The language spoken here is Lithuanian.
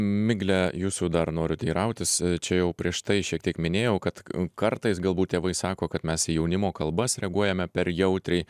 migle jūsų dar noriu teirautis čia jau prieš tai šiek tiek minėjau kad kartais galbūt tėvai sako kad mes į jaunimo kalbas reaguojame per jautriai